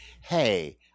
hey